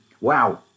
Wow